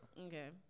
okay